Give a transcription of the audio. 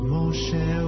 Moshe